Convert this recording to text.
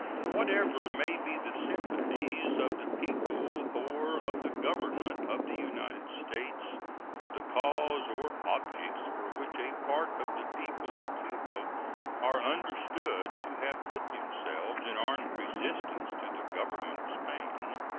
whatever may be the sympathies of the people or of the government of the united states for the cause or objects for which a part of the people of cuba are understood to have put themselves in armed resistance to the government of spain,